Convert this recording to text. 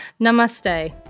Namaste